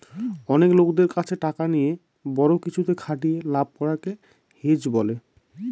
অনেক লোকদের কাছে টাকা নিয়ে বড়ো কিছুতে খাটিয়ে লাভ করাকে হেজ বলে